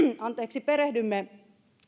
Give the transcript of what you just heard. perehdymme